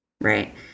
Right